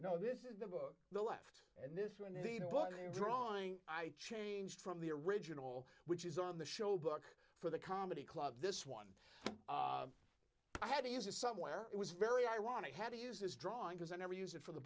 know this is the book the left and this one indeed but they're drawing i changed from the original which is on the show book for the comedy club this one i had to use it somewhere it was very ironic had to use his drawing because i never used it for the